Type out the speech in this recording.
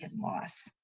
and loss.